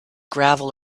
gravel